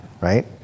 right